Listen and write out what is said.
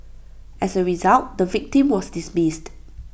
as A result the victim was dismissed